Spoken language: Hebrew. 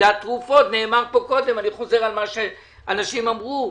התרופות אני חוזר על מה שאנשים אמרו.